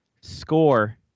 score